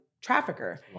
trafficker